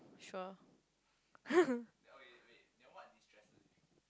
sure